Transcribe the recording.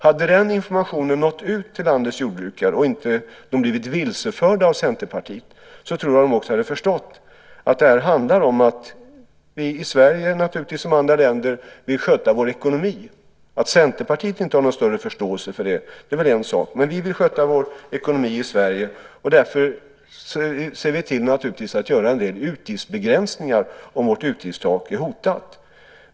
Hade den informationen nått ut till landets jordbrukare så att de inte blivit vilseförda av Centerpartiet, tror jag att de också hade förstått att det handlar om att vi i Sverige, precis som de andra i sina länder, vill sköta ekonomin. Att Centerpartiet inte har någon större förståelse för det är en sak, men vi vill sköta vår ekonomi i Sverige. Därför ser vi naturligtvis till att göra några utgiftsbegränsningar om vårt utgiftstak är hotat.